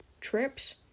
Trips